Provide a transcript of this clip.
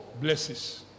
blesses